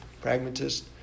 pragmatist